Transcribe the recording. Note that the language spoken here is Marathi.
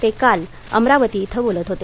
ते काल अमरावती इथं बोलत होते